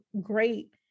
great